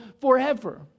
forever